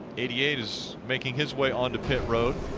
eighty eight is making his way on to pit road.